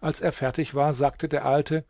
als er fertig war sagte der alte